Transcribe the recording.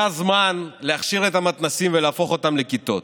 היה זמן להכשיר את המתנ"סים ולהפוך אותם לכיתות,